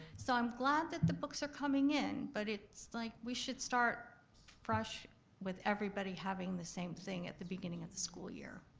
so i'm glad that the books are coming in but it's like we should start fresh with everybody having the same thing at the beginning of the school year.